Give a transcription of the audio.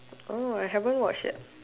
oh I haven't watch yet